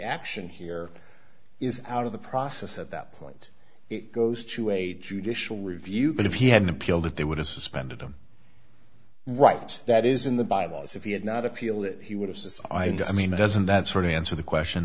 action here is out of the process at that point it goes to a judicial review but if he hadn't appealed it they would have suspended him right that is in the bible as if he had not appeal it he would have says i mean doesn't that sort of answer the question